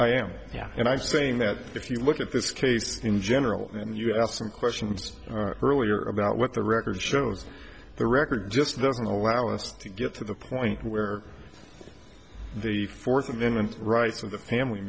i'm saying that if you look at this case in general and you asked some questions earlier about what the record shows the record just doesn't allow us to get to the point where the fourth amendment rights of the family